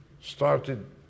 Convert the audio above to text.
started